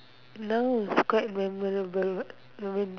now it's quite memorable what when